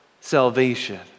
salvation